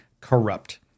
corrupt